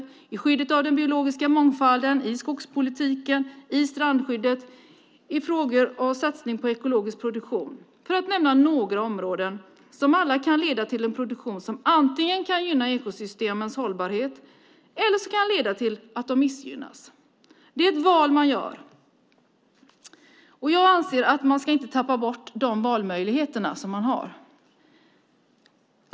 Det handlar också om skyddet av den biologiska mångfalden, skogspolitiken, strandskyddet och satsningen på ekologisk produktion. Det är några områden som alla kan leda till en produktion som antingen kan gynna ekosystemens hållbarhet eller leda till att de missgynnas. Det är ett val man gör. Jag anser att man inte ska tappa bort de valmöjligheter som man har.